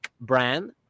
brand